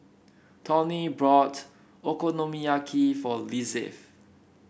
Tawny bought Okonomiyaki for Lizeth